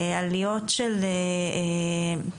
עליות של באמת,